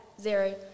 zero